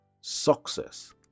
success